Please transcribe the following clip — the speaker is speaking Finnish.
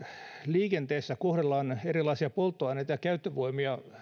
liikenteessä kohdellaan erilaisia polttoaineita ja käyttövoimia